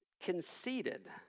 conceded